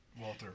Walter